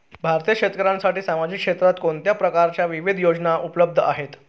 भारतीय शेतकऱ्यांसाठी सामाजिक क्षेत्रात कोणत्या प्रकारच्या विविध योजना उपलब्ध आहेत?